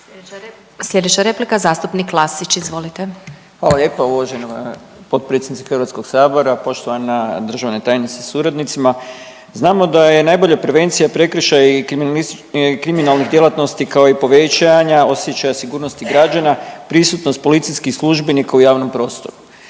Slijedeća replika zastupnik Klasić, izvolite. **Klasić, Darko (HSLS)** Hvala lijepo uvažena potpredsjednice HS, poštovana državna tajnice sa suradnicima. Znamo da je najbolja prevencija prekršaja i kriminalnih djelatnosti, kao i povećanja osjećaja sigurnosti građana prisutnost policijskih službenika u javnom prostoru.